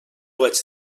vaig